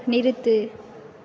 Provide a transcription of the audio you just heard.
நிறுத்து